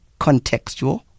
contextual